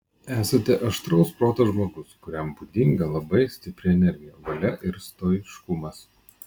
esate aštraus proto žmogus kuriam būdinga labai stipri energija valia ir stoiškumas